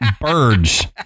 birds